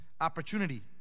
opportunity